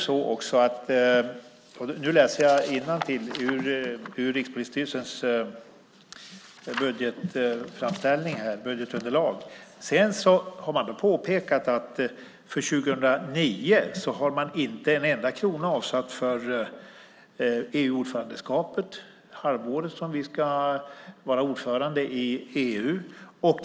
Jag läser nu innantill ur Rikspolisstyrelsens budgetunderlag. Sedan har man påpekat att det för 2009 inte finns en enda krona avsatt för EU-ordförandeskapet andra halvåret 2009.